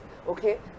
okay